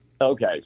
okay